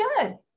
good